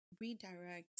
redirect